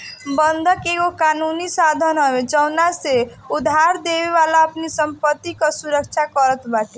बंधक एगो कानूनी साधन हवे जवना से उधारदेवे वाला अपनी संपत्ति कअ सुरक्षा करत बाटे